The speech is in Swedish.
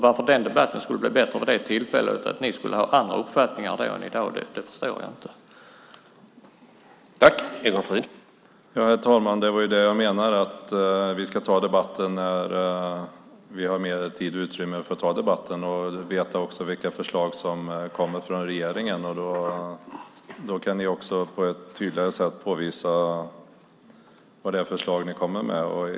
Varför debatten skulle bli bättre vid det tillfället eller att ni skulle ha andra uppfattningar då än i dag förstår jag inte.